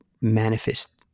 manifest